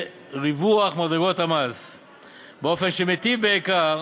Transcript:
ריווח מדרגות המס באופן שמיטיב בעיקר